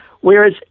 Whereas